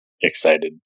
excited